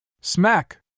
Smack